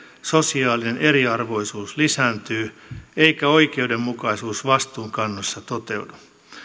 sosiaalinen eriarvoisuus lisääntyy eikä oikeudenmukaisuus vastuunkannossa toteudu